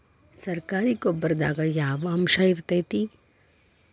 ಸರಕಾರಿ ಗೊಬ್ಬರದಾಗ ಯಾವ ಅಂಶ ಇರತೈತ್ರಿ?